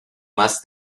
más